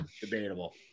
Debatable